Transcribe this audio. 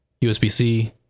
USB-C